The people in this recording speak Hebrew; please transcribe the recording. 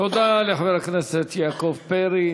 תודה לחבר הכנסת יעקב פרי.